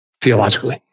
theologically